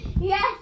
Yes